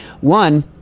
One –